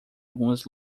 algumas